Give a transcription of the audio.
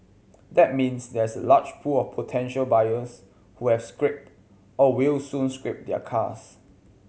that means there is a large pool of potential buyers who have scrapped or will soon scrap their cars